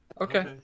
Okay